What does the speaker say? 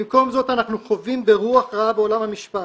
במקום זאת, אנחנו חווים רוח רעה בעולם המשפט.